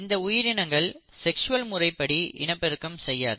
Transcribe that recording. இந்த உயிரினங்கள் செக்ஸ்வல் முறைப்படி இனப்பெருக்கம் செய்யாது